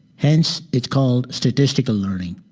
hence, it's called statistical learning.